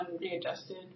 readjusted